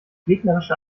gegnerische